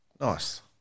Nice